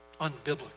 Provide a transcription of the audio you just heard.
unbiblical